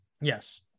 Yes